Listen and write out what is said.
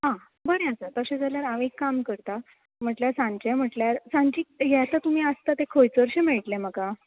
आं बरें आसा तशें जाल्यार हांव एक काम करता म्हटल्यार सानचें मटल्यार सानची हें आतां तुमी आसता ते खंयसर शी मेळटलें म्हाका